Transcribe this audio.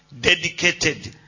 Dedicated